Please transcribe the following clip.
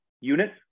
units